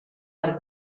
per